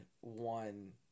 one